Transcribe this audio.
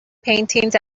paintings